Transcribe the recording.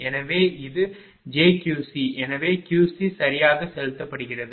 எனவே இது jQC எனவேQC சரியாக செலுத்தப்படுகிறது